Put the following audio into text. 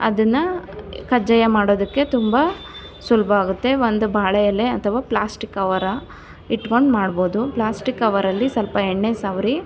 ಅದನ್ನು ಕಜ್ಜಾಯ ಮಾಡೋದಕ್ಕೆ ತುಂಬ ಸುಲಭ ಆಗುತ್ತೆ ಒಂದು ಬಾಳೆ ಎಲೆ ಅಥವಾ ಪ್ಲಾಸ್ಟಿಕ್ ಕವರ ಇಟ್ಕೊಂಡು ಮಾಡ್ಬೋದು ಪ್ಲಾಸ್ಟಿಕ್ ಕವರಲ್ಲಿ ಸ್ವಲ್ಪ ಎಣ್ಣೆ ಸವರಿ